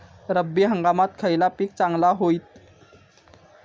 रब्बी हंगामाक खयला पीक चांगला होईत?